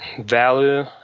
value